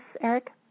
Eric